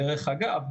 דרך אגב,